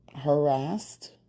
harassed